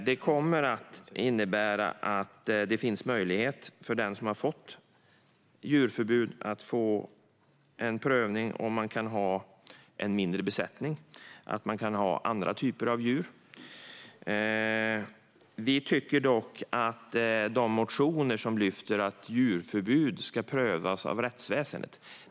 Detta kommer att innebära att det finns möjlighet för den som har fått djurförbud att få en prövning av om man kan ha en mindre besättning eller andra typer av djur. Vissa motioner tar upp att djurförbud ska prövas av rättsväsendet.